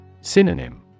Synonym